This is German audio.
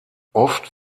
oft